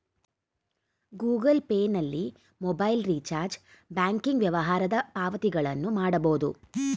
Google Pay ನಲ್ಲಿ mobile recharge, banking ವ್ಯವಹಾರದ ಪಾವತಿಗಳನ್ನು ಮಾಡಬೋದು